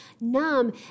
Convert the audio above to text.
numb